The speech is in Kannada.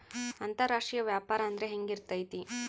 ಅಂತರಾಷ್ಟ್ರೇಯ ವ್ಯಾಪಾರ ಅಂದ್ರೆ ಹೆಂಗಿರ್ತೈತಿ?